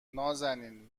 نازنین